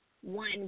one